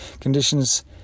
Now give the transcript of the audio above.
Conditions